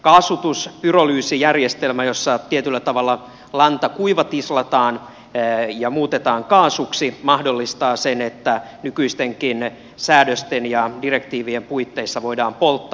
kaasutus pyrolyysijärjestelmä jossa tietyllä tavalla lanta kuivatislataan ja muutetaan kaasuksi mahdollistaa sen että nykyistenkin säädösten ja direktiivien puitteissa voidaan polttaa